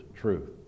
truth